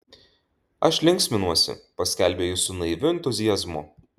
aš linksminuosi paskelbė jis su naiviu entuziazmu